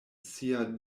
sia